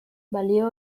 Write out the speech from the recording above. balio